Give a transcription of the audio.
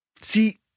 See